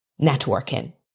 networking